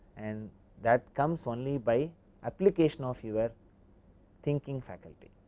and that comes only buy application of your thinking faculty,